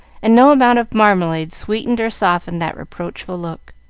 and no amount of marmalade sweetened or softened that reproachful look.